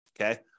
Okay